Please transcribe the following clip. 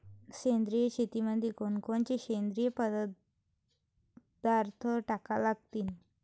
सेंद्रिय शेतीमंदी कोनकोनचे सेंद्रिय पदार्थ टाका लागतीन?